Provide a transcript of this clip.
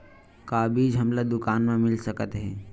का बीज हमला दुकान म मिल सकत हे?